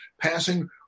passing